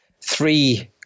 three